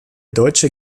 deutsche